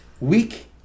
week